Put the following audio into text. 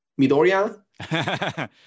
midoriya